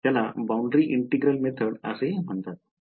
त्याला boundary integral method असे म्हणतात